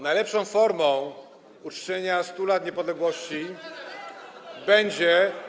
Najlepszą formą uczczenia 100 lat niepodległości będzie.